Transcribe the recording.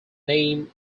name